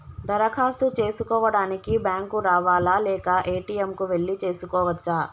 దరఖాస్తు చేసుకోవడానికి బ్యాంక్ కు రావాలా లేక ఏ.టి.ఎమ్ కు వెళ్లి చేసుకోవచ్చా?